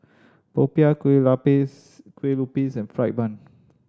popiah kue kue lupis and fried bun